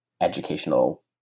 educational